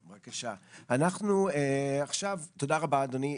בבקשה, ותודה רבה אדוני.